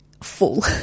full